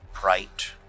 bright